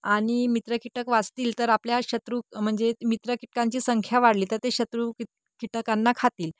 आणि मित्र कीटक वाचतील तर आपल्या शत्रू म्हणजे मित्र कीटकांची संख्या वाढली तर ते शत्रू कीटकांना खातील